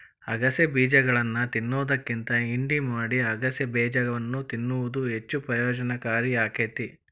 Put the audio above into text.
ಅಗಸೆ ಬೇಜಗಳನ್ನಾ ತಿನ್ನೋದ್ಕಿಂತ ಹಿಂಡಿ ಮಾಡಿ ಅಗಸೆಬೇಜವನ್ನು ತಿನ್ನುವುದು ಹೆಚ್ಚು ಪ್ರಯೋಜನಕಾರಿ ಆಕ್ಕೆತಿ